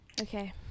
Okay